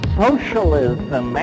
socialism